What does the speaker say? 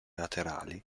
laterali